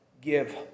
give